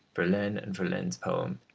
verlaine and verlaine's poems,